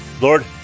Lord